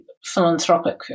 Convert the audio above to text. philanthropic